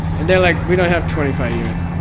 and they're like, we don't have twenty five years,